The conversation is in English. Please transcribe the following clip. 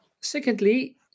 Secondly